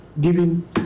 giving